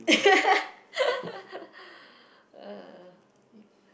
uh you